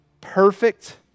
perfect